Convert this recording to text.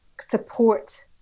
support